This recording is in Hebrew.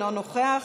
אינו נוכח,